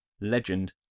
legend